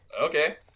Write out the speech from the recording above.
Okay